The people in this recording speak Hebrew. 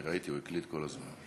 אני ראיתי, הוא הקליט כל הזמן.